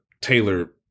Taylor